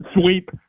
Sweep